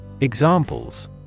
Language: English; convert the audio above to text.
Examples